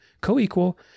co-equal